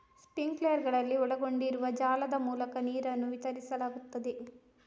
ಸ್ಪ್ರಿಂಕ್ಲರುಗಳಲ್ಲಿ ಒಳಗೊಂಡಿರುವ ಜಾಲದ ಮೂಲಕ ನೀರನ್ನು ವಿತರಿಸಲಾಗುತ್ತದೆ